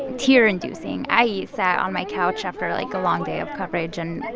tear-inducing. i yeah sat on my couch after, like, a long day of coverage, and,